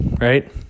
right